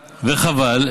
וחבל,